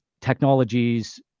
technologies